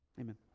Amen